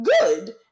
good